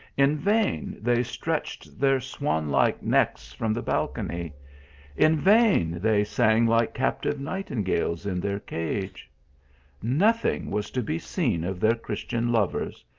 in vain they stretched their swan-like necks from the balcony in vain they sang like captive nightingales in their cage nothing was to be seen of their christian lovers,